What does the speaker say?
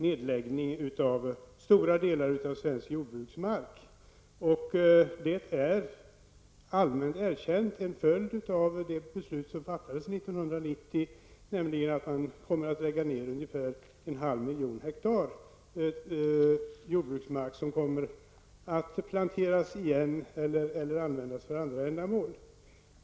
Nedläggningen av stora delar av svensk jordbruksmark är allmänt erkänd som en följd av det beslut som fattades 1990, nämligen att man kommer att lägga ner ungefär en halv miljon hektar jordbruksmark. Den kommer att planteras igen eller användas för andra ändamål.